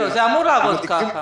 זה אמרו לעבוד ככה.